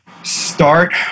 start